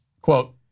Quote